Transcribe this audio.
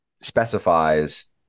specifies